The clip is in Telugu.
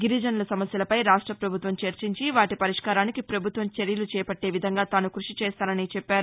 గిరిజనుల సమస్యలపై రాష్ట్ర ప్రభుత్వం చర్చించి వాటి పరిష్కారానికి ప్రభుత్వం చర్యలు చేపట్టే విధంగా తాను కృషి చేస్తానని చెప్పారు